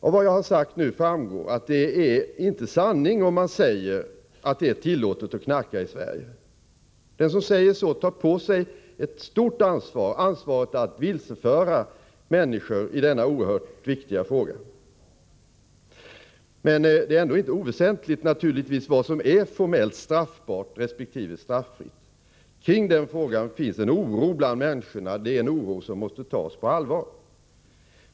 Av vad jag här sagt framgår, att det inte är sanning om man säger, att det är tillåtet att knarka i Sverige. Den som säger så tar på sig ett stort ansvar — ansvaret att vilseföra människor i denna oerhört viktiga fråga. Men vad som formellt är straffbart resp. straffritt är ändå inte oväsentligt. I den frågan finns en oro bland människor — en oro som vi måste ta på allvar.